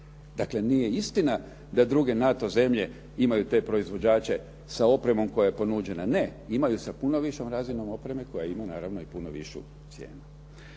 Dakle, nije istina da druge NATO zemlje imaju te proizvođače sa opremom koja je ponuđena, ne, imaju sa puno višom razinom opreme koja ima naravno i puno višu cijenu.